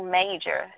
major